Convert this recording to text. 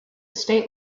state